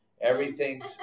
Everything's